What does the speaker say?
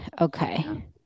okay